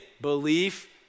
belief